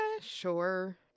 Sure